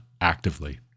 actively